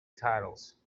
titles